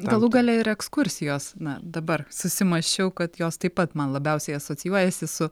galų gale ir ekskursijos na dabar susimąsčiau kad jos taip pat man labiausiai asocijuojasi su